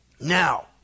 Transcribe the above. Now